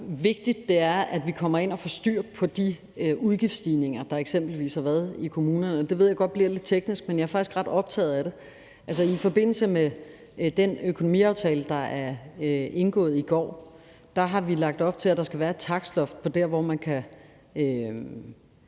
vigtigt, er, at vi kommer ind og får styr på de udgiftsstigninger, der eksempelvis har været i kommunerne. Det ved jeg godt bliver lidt teknisk, men jeg er faktisk ret optaget af det. I forbindelse med den økonomiaftale, der er indgået i går, har vi lagt op til, at der skal være et takstloft for de steder, hvor man så